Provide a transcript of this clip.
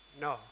No